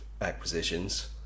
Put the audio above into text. acquisitions